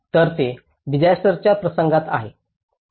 तर हे डिसास्टरच्या प्रसंगात आहे